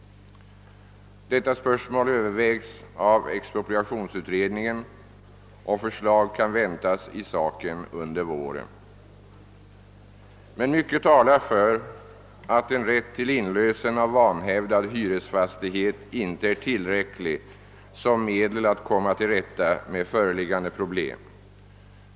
Detta spörsmål övervägs av expropriationsutredningen, och förslag kan väntas i saken under våren. Mycket talar emellertid för att en rätt till inlösen av vanhävdad hyresfastighet inte är tillräcklig som medel att komma till rätta med föreliggande problem.